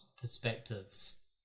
perspectives